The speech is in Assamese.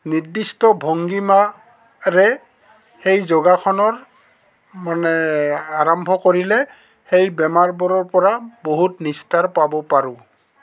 নিৰ্দিষ্ট ভংগীমাৰে সেই যোগাসনৰ মানে আৰম্ভ কৰিলে সেই বেমাৰবোৰৰ পৰা বহুত নিষ্টাৰ পাব পাৰোঁ